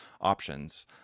options